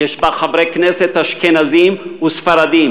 יש בה חברי כנסת אשכנזים וספרדים,